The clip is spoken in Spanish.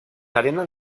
cadena